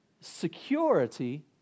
security